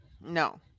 no